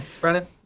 Brennan